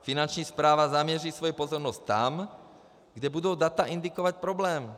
Finanční správa zaměří svou pozornost tam, kde budou data indikovat problém.